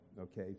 okay